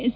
S